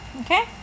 Okay